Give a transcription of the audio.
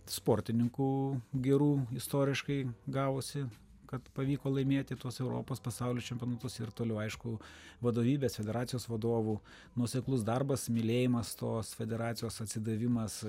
sportininkų gerų istoriškai gavosi kad pavyko laimėti tuos europos pasaulio čempionatus ir toliau aišku vadovybės federacijos vadovų nuoseklus darbas mylėjimas tos federacijos atsidavimas